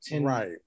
Right